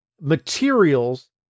materials